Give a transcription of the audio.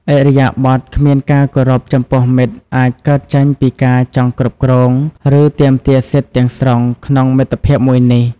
ឥរិយាបថគ្មានការគោរពចំពោះមិត្តអាចកើតចេញពីការចង់គ្រប់គ្រង ឬទាមទារសិទ្ធទាំងស្រុងក្នុងមិត្តភាពមួយនេះ។